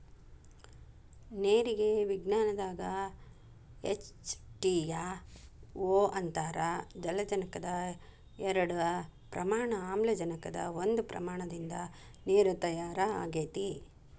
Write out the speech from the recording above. ನೇರಿಗೆ ವಿಜ್ಞಾನದಾಗ H two O ಅಂತಾರ ಜಲಜನಕದ ಎರಡ ಪ್ರಮಾಣ ಆಮ್ಲಜನಕದ ಒಂದ ಪ್ರಮಾಣದಿಂದ ನೇರ ತಯಾರ ಆಗೆತಿ